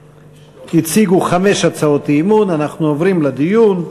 הציגו חמש הצעות אי-אמון, אנחנו עוברים לדיון,